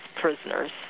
prisoners